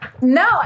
No